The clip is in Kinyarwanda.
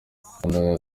yakundaga